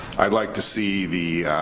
i'd like to see the